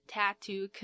Tattoo